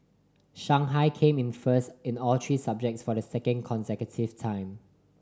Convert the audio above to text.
Shanghai came in first in all three subjects for the second consecutive time